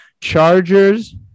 Chargers